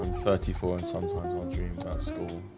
thirty four and sometimes i dream about school.